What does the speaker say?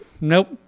nope